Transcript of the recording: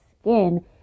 skin